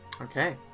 Okay